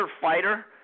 fighter